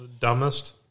dumbest